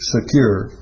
Secure